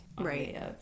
right